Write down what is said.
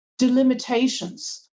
delimitations